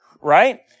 right